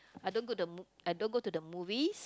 I don't go the mo~ I don't go to the movies